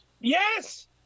Yes